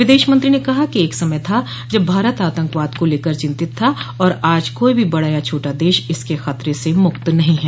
विदेश मंत्री ने कहा कि एक समय था जब भारत आतंकवाद को लेकर चिंतित था और आज कोई भी बड़ा या छोटा देश इसके खतरे से मुक्त नहीं है